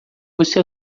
você